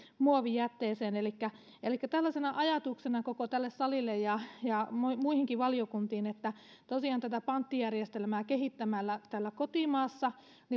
muovijätteeseen elikkä elikkä tällaisena ajatuksena koko tälle salille ja ja muihinkin valiokuntiin että tosiaan tätä panttijärjestelmää kehittämällä täällä kotimaassa